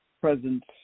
presence